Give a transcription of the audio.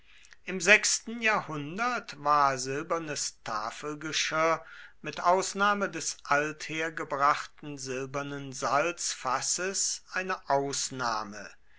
im sechsten jahrhundert war silbernes tafelgeschirr mit ausnahme des althergebrachten silbernen salzfasses eine ausnahme